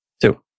Two